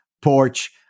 porch